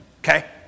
okay